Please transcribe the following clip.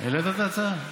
העלית את ההצעה?